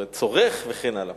צורך וכן הלאה.